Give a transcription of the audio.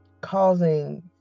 causing